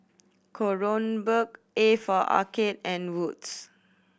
Kronenbourg A for Arcade and Wood's